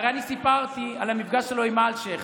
הרי אני סיפרתי על המפגש שלו עם אלשיך